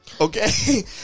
okay